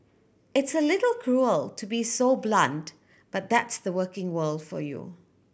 it's a little cruel to be so blunt but that's the working world for you